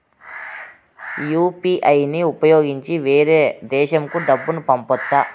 UPI ని ఉపయోగించి వేరే దేశంకు డబ్బును పంపొచ్చా?